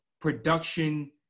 production